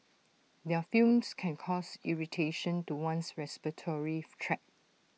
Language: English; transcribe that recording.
their fumes can cause irritation to one's respiratory tract